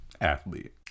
athlete